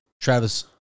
Travis